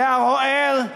לערוער,